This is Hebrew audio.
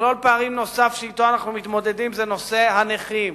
מכלול פערים נוסף שאתו אנחנו מתמודדים זה נושא הנכים.